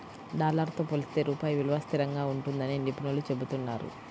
dollar తో పోలిస్తే రూపాయి విలువ స్థిరంగా ఉంటుందని నిపుణులు చెబుతున్నారు